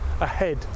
ahead